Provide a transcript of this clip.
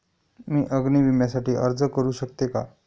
मी अग्नी विम्यासाठी अर्ज करू शकते का?